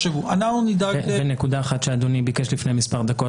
יש עוד נקודה אחת שאדוני ביקש לפני מספר דקות